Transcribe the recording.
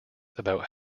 about